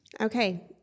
Okay